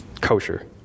kosher